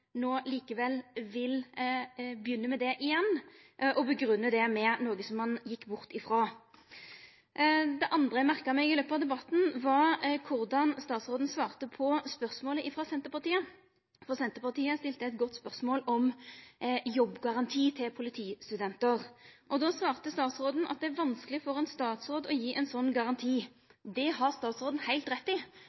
det med noko som ein gjekk bort frå. Det andre eg merka meg i løpet av debatten, var korleis statsråden svarte på spørsmålet frå Senterpartiet, for Senterpartiet stilte eit godt spørsmål om jobbgaranti for politistudentar. Statsråden svarte at det er vanskeleg for ein statsråd å gi ein slik garanti. Det har statsråden heilt rett i.